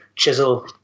Chisel